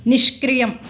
निष्क्रियम्